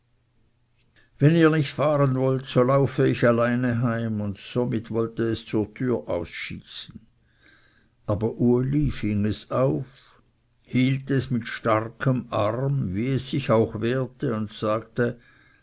wenn ihr nicht fahren wollt so laufe ich alleine heim und somit wollte es zur türe aus schießen aber uli fing es auf hielt es mit starkem arm wie es sich auch wehrte und sagte